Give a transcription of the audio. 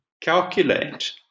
calculate